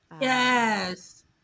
Yes